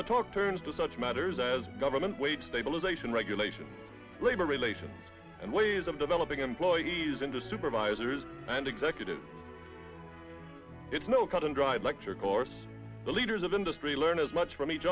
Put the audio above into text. the talk turns to such matters as government weight stabilization regulations labor relations and ways of developing employees into supervisors and executives it's no cut and dried lecture course the leaders of industry learn as much from each